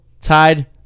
tied